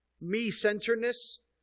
me-centeredness